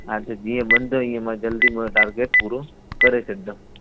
हा त जीअं बंदि हीअं जल्दी मुंहिजों टारगेट पूरो करे सघंदममि